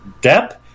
Depp